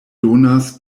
donas